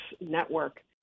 network